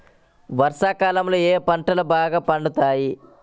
వర్షాకాలంలో ఏ పంటలు బాగా పండుతాయి?